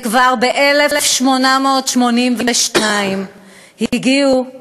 וכבר ב-1882 הם הגיעו לירושלים.